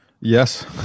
Yes